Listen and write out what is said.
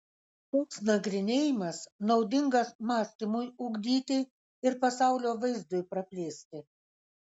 toks nagrinėjimas naudingas mąstymui ugdyti ir pasaulio vaizdui praplėsti